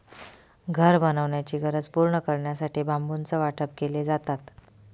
घर बनवण्याची गरज पूर्ण करण्यासाठी बांबूचं वाटप केले जातात